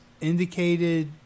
indicated